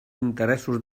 interessos